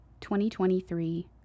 2023